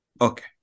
Okay